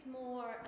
more